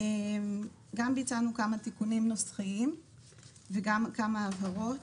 גם ביצענו כמה תיקונים נוסחים וגם כמה הבהרות.